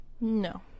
no